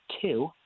two